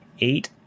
eight